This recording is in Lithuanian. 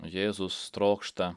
jėzus trokšta